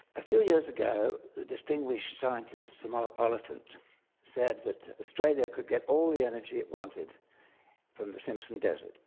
a few years ago the distinguished scientist sir mark oliphant said that australia could get all the energy it wanted from the simpson desert,